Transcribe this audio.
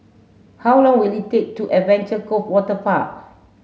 how long will it take to Adventure Cove Waterpark